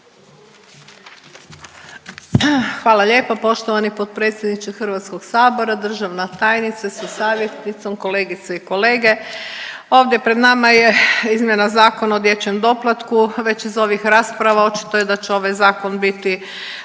Hvala lijepo poštovani potpredsjedniče HS-a, državna tajnice sa savjetnicom, kolegice i kolege. Ovde pred nama je izmjena Zakona o dječjem doplatku. Već iz ovih rasprava očito je da će ovaj Zakon biti